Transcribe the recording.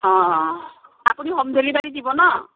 অঁ আপুনি home delivery দিব ন